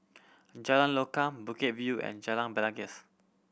Jalan Lokam Bukit View and Jalan Belangkas